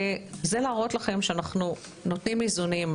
זה להראות לכם שאנחנו נותנים איזונים.